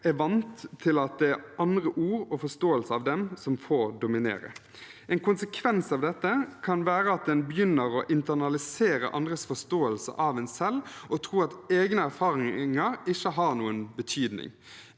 er vant til at det er andres ord og forståelse av dem selv som får dominere. En konsekvens av dette kan være at en begynner å internalisere andres forståelse av en selv, og tro at egne erfaringer ikke har noen betydning.